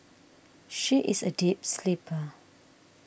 she is a deep sleeper